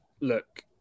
look